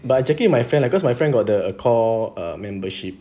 but I'm checking my friend like cause my friend got the uh call um membership